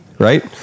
Right